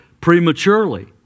prematurely